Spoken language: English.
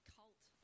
cult